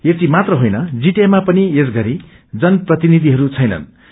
यति मात्र होइन जीटीएमा पनि यसपरी जनप्रतिनिधिहरू छैननू